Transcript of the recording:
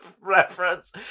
reference